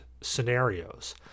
scenarios